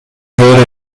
würde